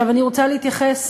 עכשיו אני רוצה להתייחס,